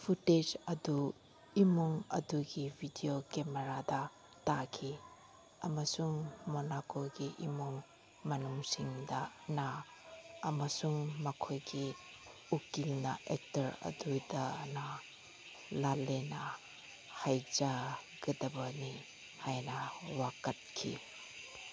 footage ꯑꯗꯨ ꯏꯃꯨꯡ ꯑꯗꯨꯒꯤ ꯚꯤꯗꯤꯑꯣ ꯀꯦꯃꯔꯥꯗ ꯇꯥꯈꯤ ꯑꯃꯁꯨꯡ ꯃꯣꯂꯥꯀꯣꯒꯤ ꯏꯃꯨꯡ ꯃꯅꯨꯡꯁꯤꯡꯗꯅ ꯑꯃꯁꯨꯡ ꯃꯈꯣꯏꯒꯤ ꯎꯀꯤꯜꯅ ꯑꯦꯛꯇꯔ ꯑꯗꯨꯗꯅ ꯂꯥꯜꯂꯦꯅ ꯍꯥꯏꯖꯒꯗꯕꯅꯤ ꯍꯥꯏꯅ ꯋꯥꯀꯠꯈꯤ